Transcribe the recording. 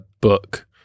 book